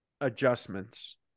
adjustments